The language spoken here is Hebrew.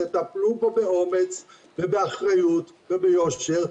תטפלו בו באומץ ובאחריות וביושר,